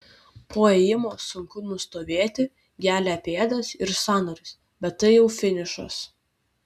po ėjimo sunku nustovėti gelia pėdas ir sąnarius bet tai jau finišas